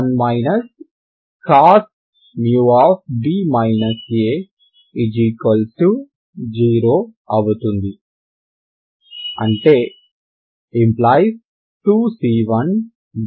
1 cos μb a 0 అవుతుంది